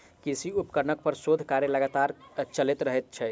कृषि उपकरण पर शोध कार्य लगातार चलैत रहैत छै